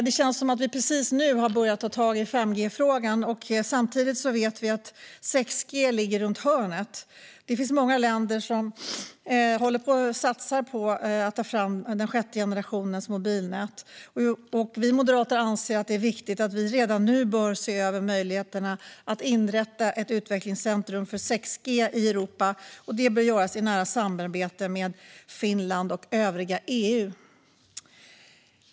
Det känns som att vi precis har börjat ta tag i 5G-frågan, samtidigt som vi vet att 6G ligger runt hörnet. Många länder satsar på att ta fram sjätte generationens mobilnät. Vi moderater anser att det är viktigt att vi redan nu ser över möjligheterna att inrätta ett utvecklingscentrum för 6G i Europa. Detta bör göras i nära samarbete med Finland och övriga EU.